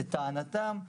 לטענתם,